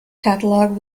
catalog